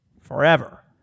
forever